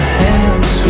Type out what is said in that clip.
hands